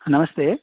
నమస్తే